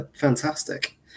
Fantastic